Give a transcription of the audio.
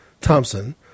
Thompson